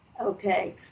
Okay